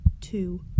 two